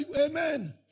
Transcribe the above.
Amen